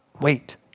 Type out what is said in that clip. wait